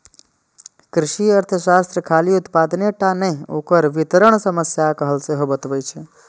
कृषि अर्थशास्त्र खाली उत्पादने टा नहि, ओकर वितरण समस्याक हल सेहो बतबै छै